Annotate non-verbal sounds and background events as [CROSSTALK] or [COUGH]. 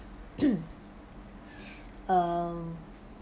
[COUGHS] um